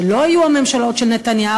שלא יהיו הממשלות של נתניהו,